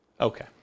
okay